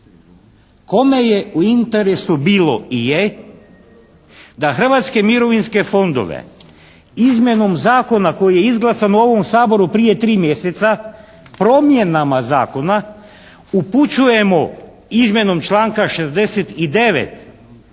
Kome je u interesu bilo i je da Hrvatske mirovinske fondove izmjenom zakona koji je izglasan na ovom Saboru prije 3 mjeseca, promjenama zakona upućujemo izmjenom članka 69.